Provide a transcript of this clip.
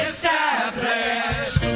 Established